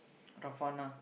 Rafanah